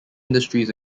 industries